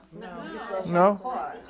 No